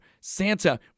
Santa